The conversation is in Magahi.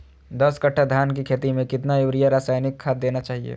दस कट्टा धान की खेती में कितना यूरिया रासायनिक खाद देना चाहिए?